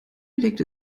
legte